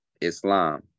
Islam